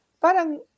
parang